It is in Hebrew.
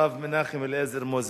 הרב מנחם אליעזר מוזס.